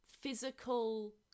physical